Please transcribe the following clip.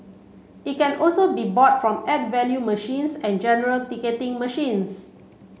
it can also be bought from add value machines and general ticketing machines